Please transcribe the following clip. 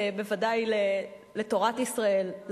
בוודאי לתורת ישראל,